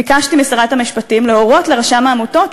ביקשתי משרת המשפטים להורות לרשם העמותות,